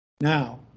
Now